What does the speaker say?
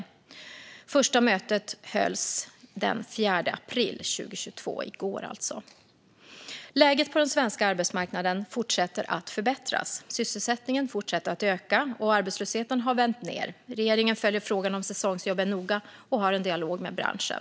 Det första mötet hölls den 4 april 2022, alltså i går. Läget på den svenska arbetsmarknaden fortsätter att förbättras. Sysselsättningen fortsätter att öka, och arbetslösheten har vänt ned. Regeringen följer frågan om säsongsjobben noga och har en dialog med branschen.